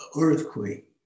earthquake